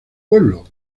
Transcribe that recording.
pueblo